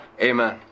Amen